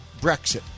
Brexit